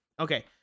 Okay